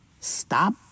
stop